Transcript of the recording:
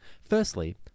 Firstly